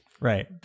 right